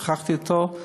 שוחחתי אתו,